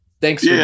thanks